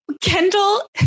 Kendall